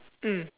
mm